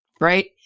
Right